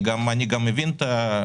אני גם מבין את הצעד,